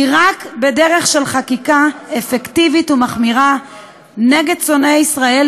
כי רק בדרך של חקיקה אפקטיבית ומחמירה נגד שונאי ישראל